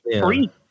free